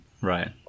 Right